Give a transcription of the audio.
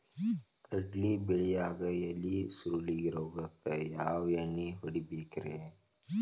ಕಡ್ಲಿ ಬೆಳಿಯಾಗ ಎಲಿ ಸುರುಳಿ ರೋಗಕ್ಕ ಯಾವ ಎಣ್ಣಿ ಹೊಡಿಬೇಕ್ರೇ?